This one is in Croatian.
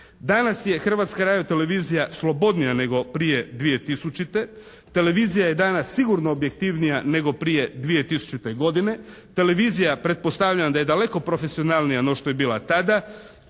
danas je Hrvatska radiotelevizija slobodnija nego prije 2000.-te. Televizija je danas sigurno objektivnija nego prije 2000.-te godine. Televizija pretpostavljam da je daleko profesionalnija no što je bila tada,